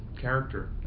character